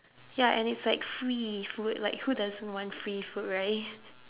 ya and it's like free food like who doesn't want free food right